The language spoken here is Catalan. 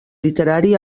literari